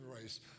race